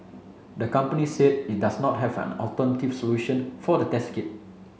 the company said it does not have an alternative solution for the test kit